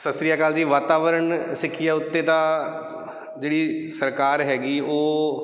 ਸਤਿ ਸ਼੍ਰੀ ਅਕਾਲ ਵਾਤਾਵਰਨ ਸਿੱਖਿਆ ਉੱਤੇ ਤਾਂ ਜਿਹੜੀ ਸਰਕਾਰ ਹੈਗੀ ਉਹ